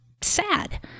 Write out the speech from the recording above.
SAD